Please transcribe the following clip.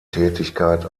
tätigkeit